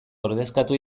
ordezkatu